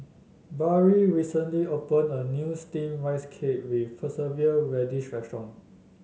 Barrie recently opened a new steam Rice Cake with preserve radish restaurant